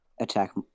attack